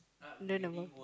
none of all